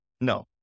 no